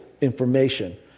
information